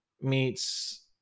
meets